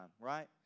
right